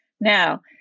Now